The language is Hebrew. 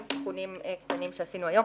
עם תיקונים קטנים שעשינו היום.